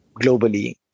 globally